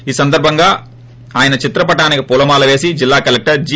ఈ సందర్భంగా ఆయన చిత్రపటానికి పూలమాలపేసి జిల్లా కలెక్టర్ జి